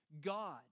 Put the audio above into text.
God